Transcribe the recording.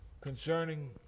concerning